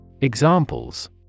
Examples